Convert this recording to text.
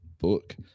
book